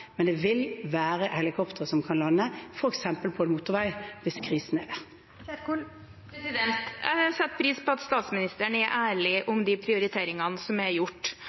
men det vil være helikoptre som kan lande f.eks. på en motorvei hvis krisen er der. Det blir oppfølgingsspørsmål – Ingvild Kjerkol. Jeg setter pris på at statsministeren er ærlig om de prioriteringene som er gjort,